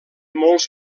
molts